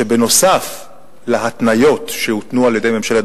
שנוסף על ההתניות שהותנו על-ידי ממשלת